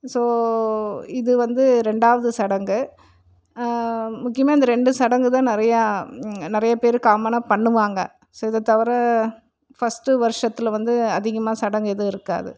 so இது வந்து ரெண்டாவது சடங்கு முக்கியமாக இந்த ரெண்டு சடங்கு தான் நிறையா நிறைய பேர் காமனாக பண்ணுவாங்க ஸோ இதை தவிர ஃபர்ஸ்ட்டு வருஷத்தில் வந்து அதிகமாக சடங்கு எதுவும் இருக்காது